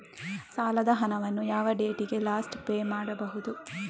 ಸಾಲದ ಹಣವನ್ನು ಯಾವ ಡೇಟಿಗೆ ಲಾಸ್ಟ್ ಪೇ ಮಾಡುವುದು?